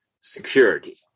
security